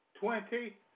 twenty